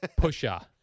Pusha